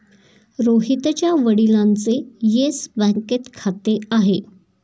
रोहितच्या वडिलांचे येस बँकेत खाते आहे